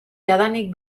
jadanik